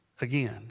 Again